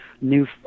new